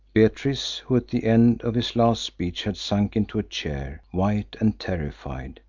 beatrice, who at the end of his last speech had sunk into a chair, white and terrified,